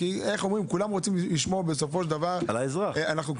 כולם רוצים לשמור, בסופו של דבר, על